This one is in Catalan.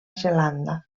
zelanda